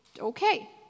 Okay